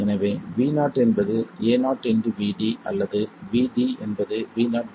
எனவே Vo என்பது AoVd அல்லது Vd என்பது Vo Ao